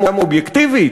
היא גם אובייקטיבית,